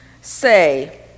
say